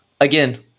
again